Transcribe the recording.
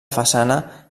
façana